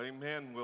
Amen